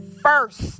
first